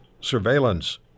surveillance